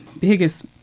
biggest